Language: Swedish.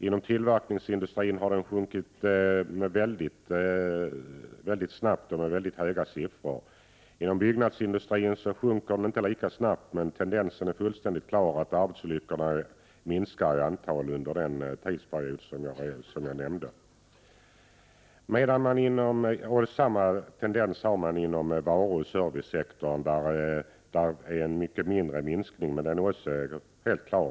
Inom tillverkningsindustrin har det sjunkit mycket snabbt och med mycket stora tal. Inom byggnadsindustrin sjunker det inte lika snabbt, men tendensen är fullständigt klar — att arbetsolyckorna minskat i antal under denna tidsperiod. Samma tendens ser man inom varuoch servicesektorn. Där är det en mycket mindre minskning, men den är också helt klar.